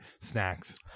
snacks